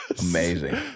Amazing